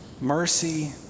mercy